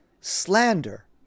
slander